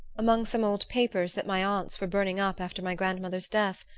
among some old papers that my aunts were burning up after my grandmother's death.